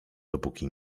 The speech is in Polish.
dopóki